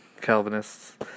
Calvinists